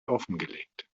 offengelegt